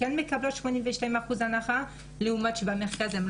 מקבלות 82% הנחה לעומת המרכז,